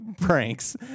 pranks